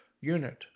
unit